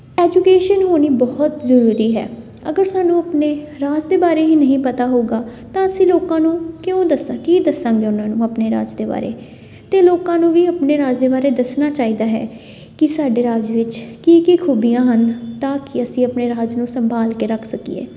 education ਹੋਣੀ ਬਹੁਤ ਜ਼ਰੂਰੀ ਹੈ ਅਗਰ ਸਾਨੂੰ ਆਪਣੇ ਰਾਜ ਦੇ ਬਾਰੇ ਹੀ ਨਹੀਂ ਪਤਾ ਹੋਊਗਾ ਤਾਂ ਅਸੀਂ ਲੋਕਾਂ ਨੂੰ ਕਿਉਂ ਦੱਸਾ ਕੀ ਦੱਸਾਂਗੇ ਉਹਨਾਂ ਨੂੰ ਆਪਣੇ ਰਾਜ ਦੇ ਬਾਰੇ ਅਤੇ ਲੋਕਾਂ ਨੂੰ ਵੀ ਆਪਣੇ ਰਾਜ ਦੇ ਬਾਰੇ ਦੱਸਣਾ ਚਾਹੀਦਾ ਹੈ ਕਿ ਸਾਡੇ ਰਾਜ ਵਿੱਚ ਕੀ ਕੀ ਖੂਬੀਆਂ ਹਨ ਤਾਂ ਕਿ ਅਸੀਂ ਆਪਣੇ ਰਾਜ ਨੂੰ ਸੰਭਾਲ ਕੇ ਰੱਖ ਸਕੀਏ